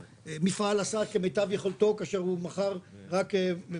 והמפעל עשה כמיטב יכולתו כאשר הוא מכר בזול,